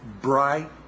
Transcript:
bright